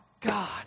God